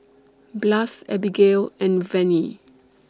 Blas Abigail and Venie